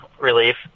relief